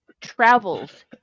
travels